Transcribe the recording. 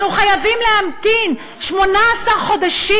אנחנו חייבים להמתין 18 חודשים.